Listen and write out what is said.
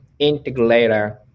integrator